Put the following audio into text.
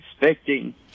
expecting